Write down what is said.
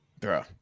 Bro